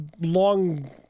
long